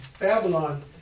Babylon